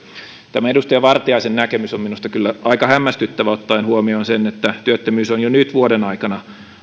tämä edustaja vartiaisen näkemys on minusta kyllä aika hämmästyttävä ottaen huomioon että työttömyys on jo nyt vuoden aikana